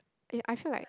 eh I I feel like